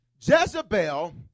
Jezebel